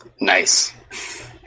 Nice